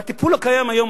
בטיפול הקיים היום,